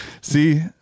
See